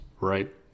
right